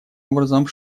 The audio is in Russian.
образом